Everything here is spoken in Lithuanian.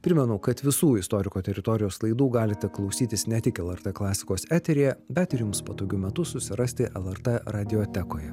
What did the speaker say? primenu kad visų istoriko teritorijos laidų galite klausytis ne tik lrt klasikos eteryje bet ir jums patogiu metu susirasti lrt radiotekoje